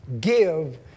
give